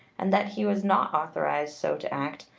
and that he was not authorized so to act,